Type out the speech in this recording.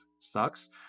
sucks